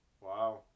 Wow